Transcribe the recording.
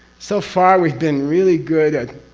so far, we've been really good at.